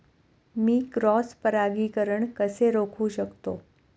मी cross परागीकरण कसे रोखू शकतो?